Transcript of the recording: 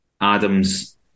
Adams